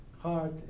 hard